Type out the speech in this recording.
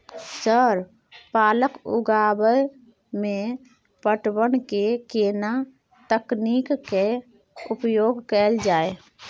Sir पालक उगाव में पटवन के केना तकनीक के उपयोग कैल जाए?